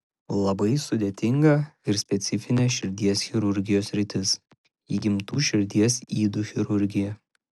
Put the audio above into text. labai sudėtinga ir specifinė širdies chirurgijos sritis įgimtų širdies ydų chirurgija